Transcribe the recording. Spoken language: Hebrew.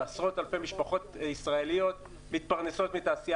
ועשרות אלפי משפחות ישראליות מתפרנסות מהתעשייה